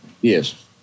Yes